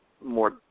more